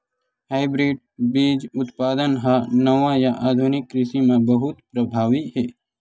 hybrid बीज उत्पादन हा नवा या आधुनिक कृषि मा बहुत प्रभावी हे